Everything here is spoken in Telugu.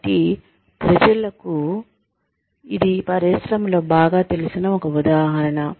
కాబట్టి ప్రజలకు ఇది పరిశ్రమలో బాగా తెలిసిన ఒక ఉదాహరణ